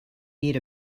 need